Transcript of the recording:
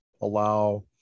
allow